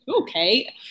okay